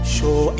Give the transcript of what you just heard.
Show